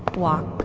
but walk, but